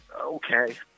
okay